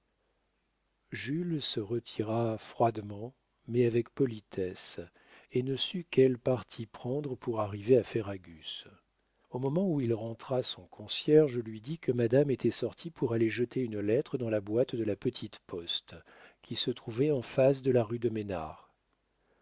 jules se retira froidement mais avec politesse et ne sut quel parti prendre pour arriver à ferragus au moment où il rentra son concierge lui dit que madame était sortie pour aller jeter une lettre dans la boîte de la petite poste qui se trouvait en face de la rue de ménars